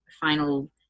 final